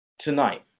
tonight